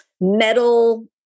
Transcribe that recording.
metal